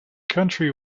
country